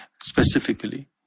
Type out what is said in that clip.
specifically